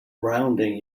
drowning